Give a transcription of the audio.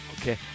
Okay